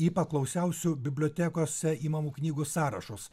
į paklausiausių bibliotekose imamų knygų sąrašus